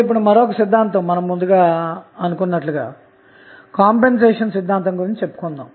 ఇప్పుడు మరొక సిద్ధాంతం కంపెన్సెషన్ సిద్ధాంతం గురించి చెప్పుకొందాము